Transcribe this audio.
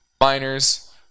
miners